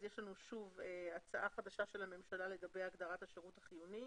יש לנו הצעה חדשה של הממשלה לגבי הגדרת השירות החיוני.